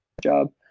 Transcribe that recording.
job